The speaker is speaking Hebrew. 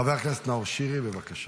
חבר הכנסת נאור שירי, בבקשה.